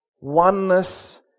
Oneness